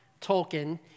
Tolkien